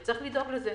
ויש לדאוג לזה.